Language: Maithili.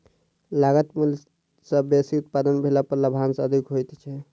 लागत मूल्य सॅ बेसी उत्पादन भेला पर लाभांश अधिक होइत छै